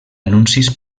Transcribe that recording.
anuncis